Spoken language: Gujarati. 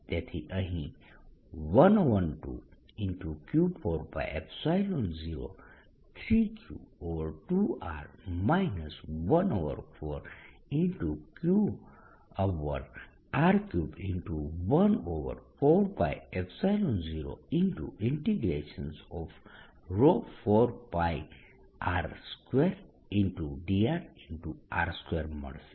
તેથી અહીં 12Q4π03Q2R 14QR314π0ρ 4 π r2 dr r2 મળશે